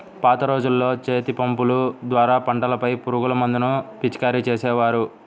పాత రోజుల్లో చేతిపంపుల ద్వారా పంటలపై పురుగుమందులను పిచికారీ చేసేవారు